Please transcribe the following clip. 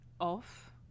off